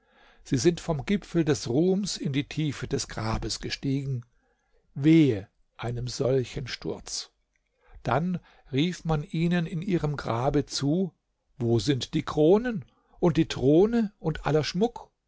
sie sind vom gipfel des ruhms in die tiefe des grabes gestiegen wehe einem solchen sturz dann rief man ihnen in ihrem grabe zu wo sind die kronen und die throne und aller schmuck